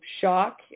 shock